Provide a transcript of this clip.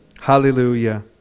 Hallelujah